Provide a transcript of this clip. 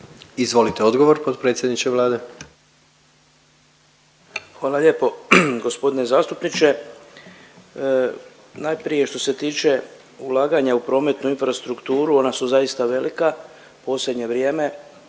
Izvolite odgovor potpredsjedniče Vlade. **Butković, Oleg (HDZ)** Hvala lijepo g. zastupniče. Najprije što se tiče ulaganja u prometnu infrastrukturu ona su zaista velika u posljednje vrijeme,